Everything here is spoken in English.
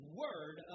word